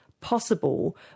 possible